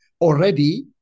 already